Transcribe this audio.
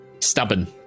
stubborn